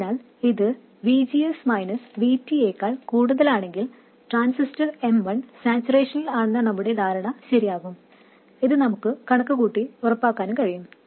അതിനാൽ ഇത് VGS VT യേക്കാൾ കൂടുതലാണെങ്കിൽ ട്രാൻസിസ്റ്റർ M1 സാച്ചുറേഷനിൽ ആണെന്ന നമ്മുടെ ധാരണ ശരിയാകും ഇത് നുമുക്ക് കണക്കുകൂട്ടി ഉറപ്പാക്കാനും കഴിയും